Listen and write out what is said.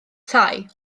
tai